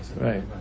right